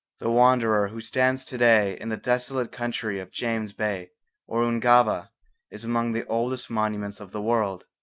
the wanderer who stands to-day in the desolate country of james bay or ungava is among the oldest monuments of the world.